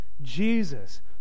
Jesus